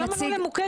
למה לא למוקד מד"א?